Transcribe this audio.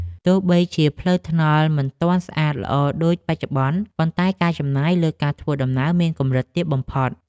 ទោះបីជាផ្លូវថ្នល់មិនទាន់ស្អាតល្អដូចបច្ចុប្បន្ន ប៉ុន្តែការចំណាយលើការធ្វើដំណើរមានកម្រិតទាបបំផុត។